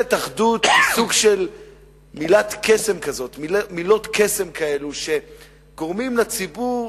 "ממשלת אחדות" זה סוג של מילות קסם כאלה שגורמות לציבור,